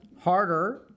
Harder